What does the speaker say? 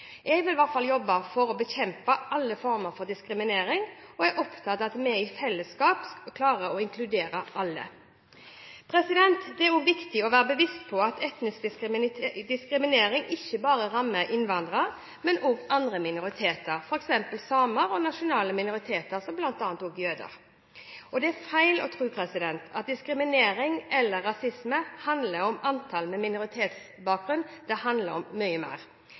Jeg vil i hvert fall jobbe for å bekjempe alle former for diskriminering og er opptatt av at vi i fellesskap klarer å inkludere alle. Det er også viktig å være bevisst på at etnisk diskriminering ikke bare rammer innvandrere, men også andre minoriteter, f.eks. samer og nasjonale minoriteter, bl.a. jøder. Det er feil å tro at diskriminering eller rasisme handler om antall med minoritetsbakgrunn. Det handler om mye mer.